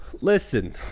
Listen